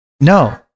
No